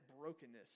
brokenness